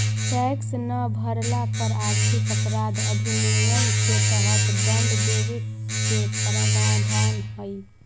tax न भरला पर आर्थिक अपराध अधिनियम के तहत दंड देवे के प्रावधान हई